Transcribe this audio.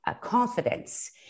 confidence